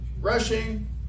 rushing